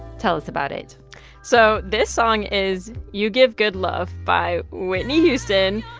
tell us about it so this song is you give good love by whitney houston.